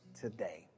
today